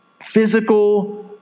Physical